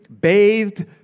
bathed